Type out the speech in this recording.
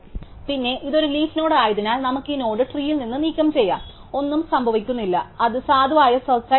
പിന്നെ ഇത് ഒരു ലീഫ് നോഡ് ആയതിനാൽ നമുക്ക് ഈ നോഡ് ട്രീയിൽ നിന്ന് നീക്കംചെയ്യാം ഒന്നും സംഭവിക്കുന്നില്ല അത് സാധുവായ സെർച്ച് ആയി തുടരും